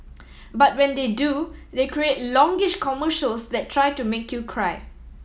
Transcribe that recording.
but when they do they create longish commercials that try to make you cry